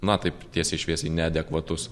na taip tiesiai šviesiai neadekvatus